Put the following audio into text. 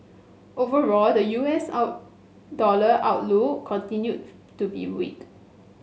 overall the U S dollar outlook continued to be weak